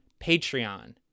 Patreon